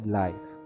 life